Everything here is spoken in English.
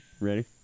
Ready